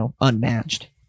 unmatched